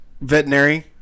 veterinary